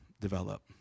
develop